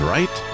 Right